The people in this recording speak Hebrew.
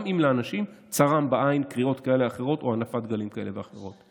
גם אם לאנשים צרמו בעין קריאות כאלה או אחרות והנפת דגלים כאלה ואחרים.